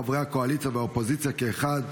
חברי הקואליציה והאופוזיציה כאחד,